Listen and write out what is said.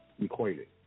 equated